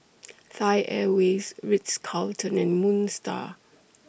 Thai Airways Ritz Carlton and Moon STAR